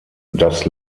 das